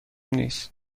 نیست